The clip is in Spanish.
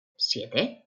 siete